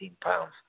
pounds